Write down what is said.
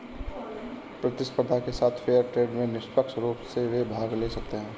प्रतिस्पर्धा के साथ फेयर ट्रेड में निष्पक्ष रूप से वे भाग ले सकते हैं